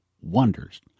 wonders